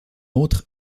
autre